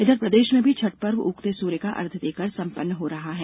इधर प्रदेश में भी छठ पर्व उगते सूर्य का अर्घ्य देकर सम्पन्न हो रहा है